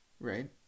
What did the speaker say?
right